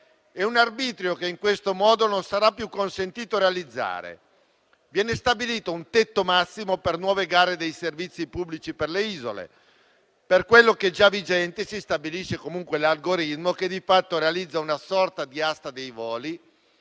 e un arbitrio che in questo modo non sarà più consentito realizzare. Viene stabilito un tetto massimo per nuove gare dei servizi pubblici per le isole e, per quello che è già vigente, per l'algoritmo che di fatto realizza una sorta di asta dei voli